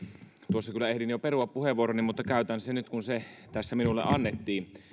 tuossa kyllä ehdin jo perua puheenvuoroni mutta käytän sen nyt kun se tässä minulle annettiin